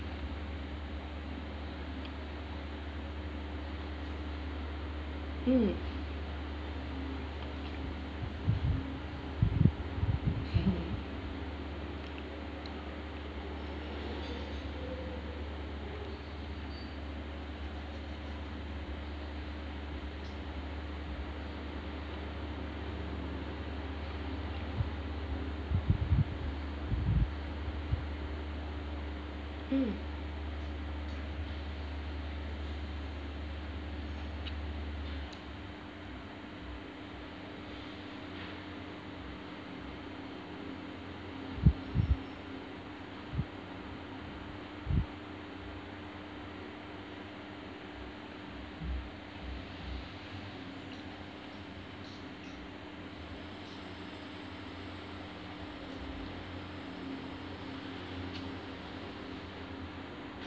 mm mm